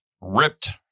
ripped